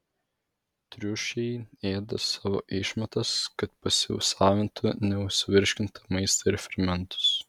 triušiai ėda savo išmatas kad pasisavintų nesuvirškintą maistą ir fermentus